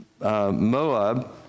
Moab